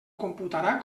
computarà